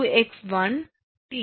3